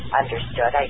understood